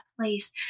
place